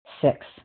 Six